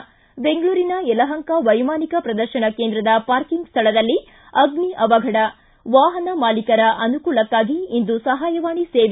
್ಟಿ ಬೆಂಗಳೂರಿನ ಯಲಹಂಕ ವೈಮಾನಿಕ ಪ್ರದರ್ಶನ ಕೇಂದ್ರದ ಪಾರ್ಕಿಂಗ್ ಸ್ವಳದಲ್ಲಿ ಅಗ್ನಿ ಅವಘಡ ವಾಹನ ಮಾಲಿಕರ ಅನುಕೂಲಕ್ಕಾಗಿ ಇಂದು ಸಹಾಯವಾಣಿ ಸೇವೆ